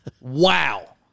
Wow